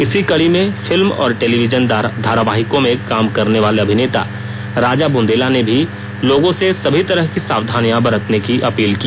इसी कड़ी में फिल्म और टेलीविजन धारावाहिकों में काम करनेवाले अभिनेता राजा बुंदेला ने भी लोगों से सभी तरह की सावधानियां बरतने की अपील की